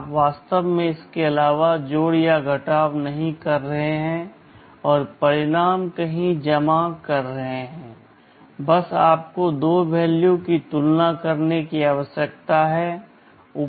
आप वास्तव में इसके अलावा जोड़ या घटाव नहीं कर रहे हैं और परिणाम कहीं जमा कर रहे हैं बस आपको दो मान की तुलना करने की आवश्यकता है